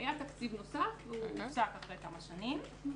היה תקציב נוסף והוא הוסר אחרי כמה שנים.